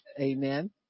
Amen